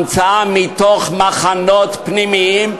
המצאה מתוך מחנות פנימיים,